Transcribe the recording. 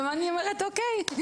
אז אני אומרת אוקיי,